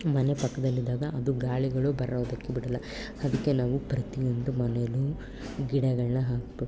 ಮನೆ ಪಕ್ದಲ್ಲಿದಾಗ ಅದು ಗಾಳಿಗಳು ಬರೋದಕ್ಕೆ ಬಿಡೋಲ್ಲ ಅದಕ್ಕೆ ನಾವು ಪ್ರತಿಯೊಂದು ಮನೇಲೂ ಗಿಡಗಳನ್ನು ಹಾಕಬೇಕು